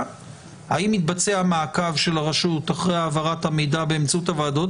האם מתבצע מעקב של הרשות אחרי העברת המידע באמצעות הוועדות